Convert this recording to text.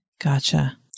Gotcha